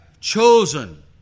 Chosen